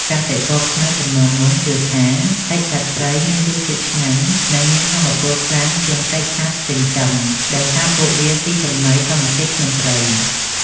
កសិករខ្មែរជំនាន់មុនជឿថា សាច់សត្វព្រៃមានរសជាតិឆ្ងាញ់ និងមានថាមពលខ្លាំងជាងសាច់សត្វចិញ្ចឹម ដោយសារពួកវាស៊ីចំណីធម្មជាតិក្នុងព្រៃ។